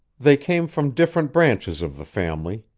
they came from different branches of the family.